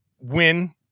win